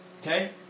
Okay